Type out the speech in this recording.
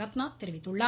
ரத்னா தெரிவித்துள்ளார்